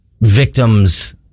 victims